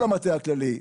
כל המטה הכללי,